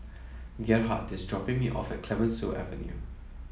Gerhardt is dropping me off at Clemenceau Avenue